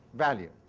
value.